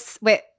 Wait